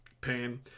pain